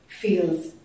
feels